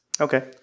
Okay